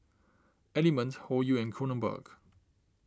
Element Hoyu and Kronenbourg